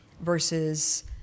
versus